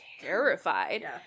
terrified